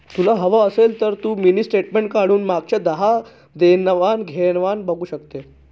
तुला हवं असेल तर तू मिनी स्टेटमेंट काढून मागच्या दहा देवाण घेवाणीना बघू शकते